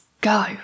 Go